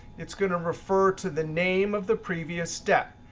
it's going to refer to the name of the previous step.